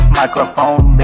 microphone